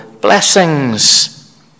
blessings